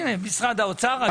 הנה, משרד האוצר.